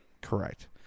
Correct